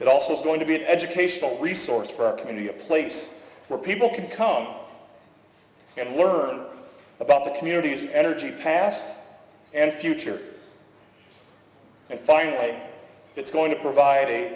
that also is going to be an educational resource for our community a place where people can come and learn about the communities energy past and future and find a way it's going to provide a